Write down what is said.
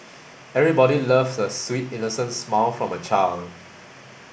everybody loves a sweet innocent smile from a child